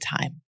time